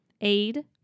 Aid